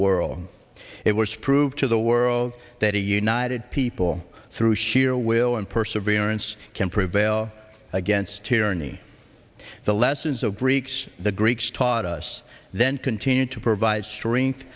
world it was proved to the world that a united people through sheer will and perseverance can prevail against tyranny the lessons of greeks the greeks taught us then continued to provide strength